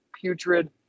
putrid